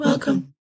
Welcome